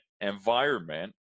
environment